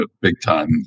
big-time